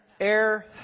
air